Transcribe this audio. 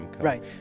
right